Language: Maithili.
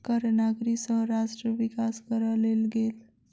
कर नागरिक सँ राष्ट्र विकास करअ लेल गेल